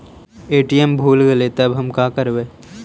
ATM भुला गेलय तब हम काकरवय?